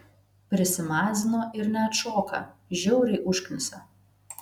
prisimazino ir neatšoka žiauriai užknisa